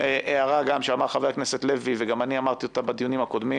הערה שאמר גם חבר הכנסת לוי וגם אני אמרתי אותה בדיונים הקודמים